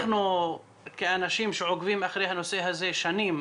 אנחנו כאנשים שעוקבים אחרי הנושא הזה שנים,